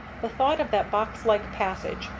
the thought of that box-like passage,